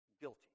Guilty